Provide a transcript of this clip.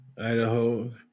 Idaho